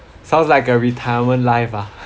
sounds like a retirement life ah